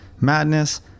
madness